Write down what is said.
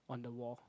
on the wall